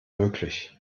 möglich